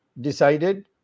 decided